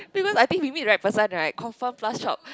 previous I think we meet that person right confirm plus chop